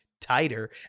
tighter